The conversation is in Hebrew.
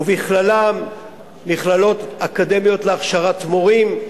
ובכללם מכללות אקדמיות להכשרת מורים,